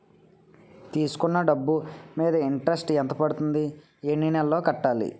తీసుకున్న డబ్బు మీద ఇంట్రెస్ట్ ఎంత పడుతుంది? ఎన్ని నెలలో కట్టాలి?